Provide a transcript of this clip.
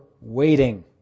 waiting